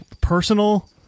personal